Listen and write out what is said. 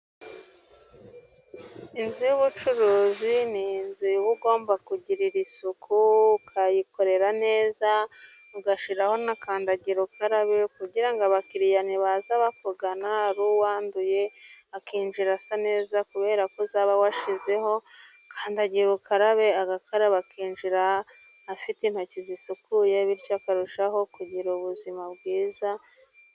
inzu y'ubucuruzi ni inzu uba ugomba kugirira isuku, ukayikorera neza, ugashyiraho na kandagirokarabe, kugira ngo abakiriya baza bakugana, ari uwanduye akinjira asa neza, kubera ko uzaba washyizeho kandagira ukarabe, agakaraba, akinjira afite intoki zisukuye, bityo akarushaho kugira ubuzima bwiza.